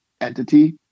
entity